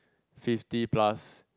fifty plus